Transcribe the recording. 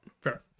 fair